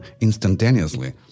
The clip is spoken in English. instantaneously